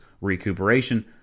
recuperation